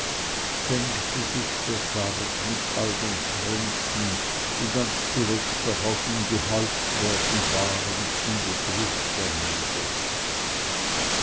senkte sich der sarg mit all den kränzen die ganz zuletzt noch auf ihn gehäuft worden waren in die gruft hernieder